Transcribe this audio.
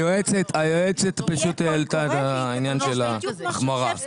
היועצת העלתה את העניין של ההחמרה.